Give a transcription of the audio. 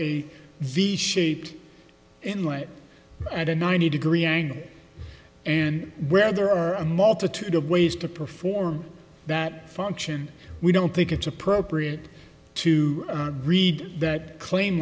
shaped inlet at a ninety degree angle and where there are a multitude of ways to perform that function we don't think it's appropriate to read that claim